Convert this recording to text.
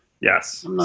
Yes